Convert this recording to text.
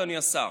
אדוני השר,